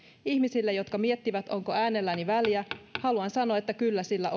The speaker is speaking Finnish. ihmisille jotka miettivät onko äänelläni väliä haluan sanoa että kyllä sillä